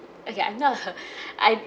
okay I'm not a I